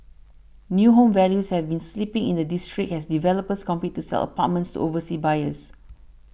new home values have been slipping in the district as developers compete to sell apartments to overseas buyers